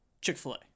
Chick-fil-A